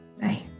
Bye